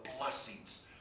blessings